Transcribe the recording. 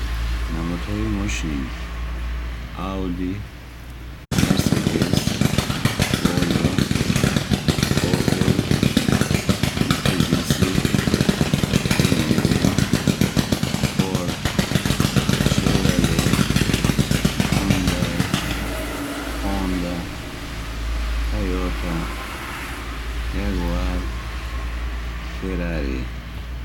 намудҳои мошин:ауди, мерседес, волва, опел, митсубиси, бмв, форд, шевроле, хундай, хонда, тайёта, ягуар, ферари